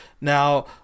Now